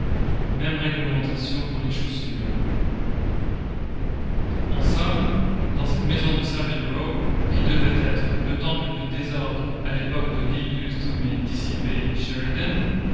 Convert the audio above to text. même réglementation pour les chaussures en somme dans cette maison de saville row qui devait être le temple du désordre à l'époque de l'illustre mais dissipé